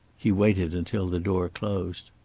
he waited until the door closed.